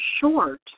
short